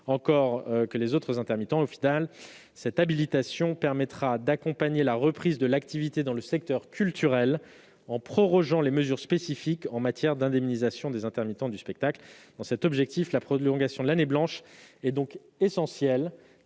crise que les autres intermittents. Par conséquent, cette habilitation contribuera à accompagner la reprise de l'activité dans le secteur culturel, en prorogeant les mesures spécifiques en matière d'indemnisation des intermittents du spectacle. Dans cette perspective, la prolongation de l'année blanche est essentielle,